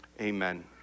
amen